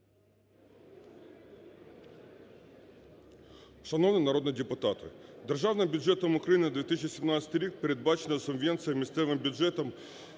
Державним бюджетом України на 2017 рік передбачена субвенція місцевим бюджетам